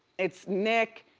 it's nick.